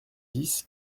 dix